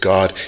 God